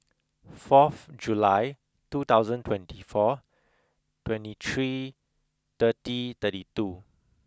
fourth July two thousand and twenty four twenty three thirty thirty two